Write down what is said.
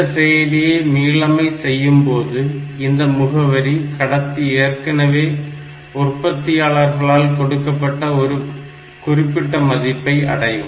இந்த செயலியை மீளமை செய்யும்போது இந்த முகவரி கடத்தி ஏற்கனவே உற்பத்தியாளர்களால் கொடுக்கப்பட்ட ஒரு குறிப்பிட்ட மதிப்பை அடையும்